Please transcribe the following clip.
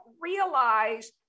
realize